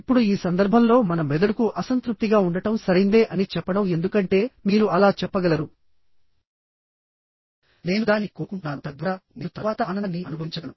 ఇప్పుడు ఈ సందర్భంలో మన మెదడుకు అసంతృప్తిగా ఉండటం సరైందే అని చెప్పడం ఎందుకంటే మీరు అలా చెప్పగలరు నేను దానిని కోరుకుంటున్నాను తద్వారా నేను తరువాత ఆనందాన్ని అనుభవించగలను